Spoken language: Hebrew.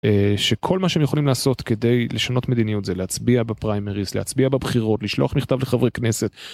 שכל מה שהם יכולים לעשות כדי לשנות מדיניות זה להצביע בפריימריס, להצביע בבחירות, לשלוח מכתב לחברי כנסת.